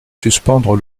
surprendre